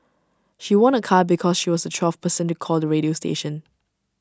she won A car because she was the twelfth person to call the radio station